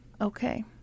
okay